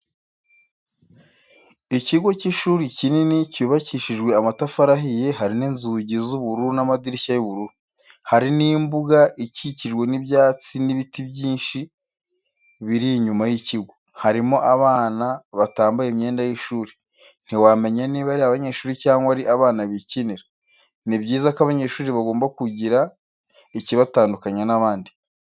Ikigo cy'ishuri kinini cyubakishijwe amatafari ahiye, hari n'inzugi z'ubururu n'amadirishya y'ubururu. Hari n'imbuga ikikijwe n'ibyatsi n'ibiti byinshi biri inyuma y'ikigo, harimo abana batambaye imyenda y'ishuri, ntiwamenya niba ari abanyeshuri cyangwa ari abana bikinira. Ni byiza ko abanyeshuri bagomba kugira ikibatandukanya n'abandi.